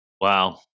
Wow